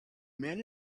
men